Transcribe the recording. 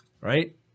right